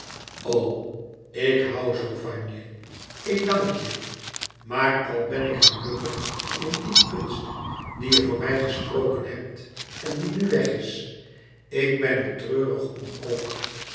ik hoû zoo van je ik dank je maar al ben ik gelukkig in die kunst die je voor mij gesproken hebt en die nu weg is ik ben er treurig om ook